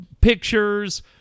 pictures